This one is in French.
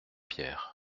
pierre